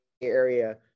Area